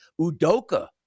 Udoka